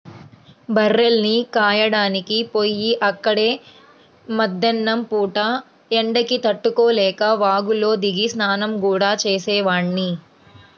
బర్రెల్ని కాయడానికి పొయ్యి అక్కడే మద్దేన్నం పూట ఎండకి తట్టుకోలేక వాగులో దిగి స్నానం గూడా చేసేవాడ్ని